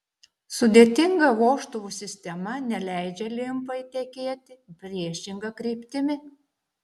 sudėtinga vožtuvų sistema neleidžia limfai tekėti priešinga kryptimi